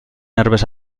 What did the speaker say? herbes